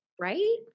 right